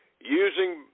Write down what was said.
using